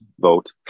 vote